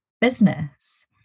business